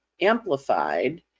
amplified